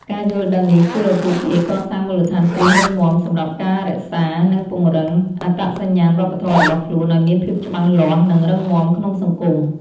ការយល់ដឹងនេះជួយឱ្យពួកគេកសាងមូលដ្ឋានគ្រឹះរឹងមាំ សម្រាប់ការរក្សា និងពង្រឹងអត្តសញ្ញាណវប្បធម៌របស់ខ្លួនឲ្យមានភាពច្បាស់លាស់ និងរឹងមាំក្នុងសង្គម។